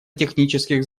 технических